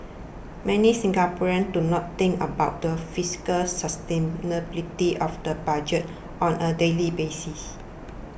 many Singaporeans do not think about the fiscal sustainability of the budget on a daily basis